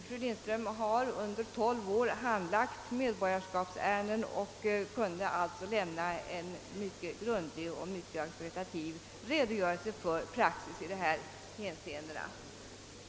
Fru Lindström har under 12 år handlagt medborgarskapsärenden och kunde alltså lämna en mycket grundlig och mycket auktoritativ redogörelse för praxis i dessa hänseenden.